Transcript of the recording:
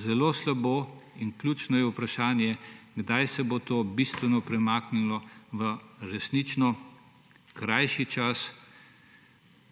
Zelo slabo! In ključno je vprašanje, kdaj se bo to bistveno premaknilo v resnično krajši čas.